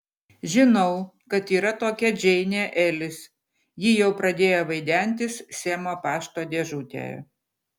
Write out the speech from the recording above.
žinau kad yra tokia džeinė elis ji jau pradėjo vaidentis semo pašto dėžutėje